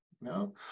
No